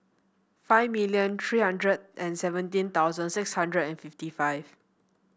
five million three hundred and seventeen thousand six hundred and fifty five